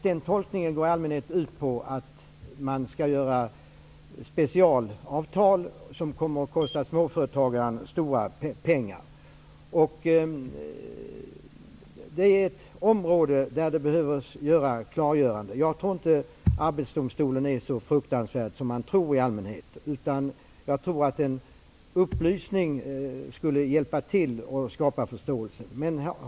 Den tolkningen går i allmänhet ut på att man skall ha specialavtal, som kommer att kosta småföretagaren stora pengar. Det är ett område där det behövs klargöranden. Jag tror inte att Arbetsdomstolen är så fruktansvärd som man i allmänhet tror. Upplysning skulle hjälpa till att skapa förståelse.